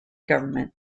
government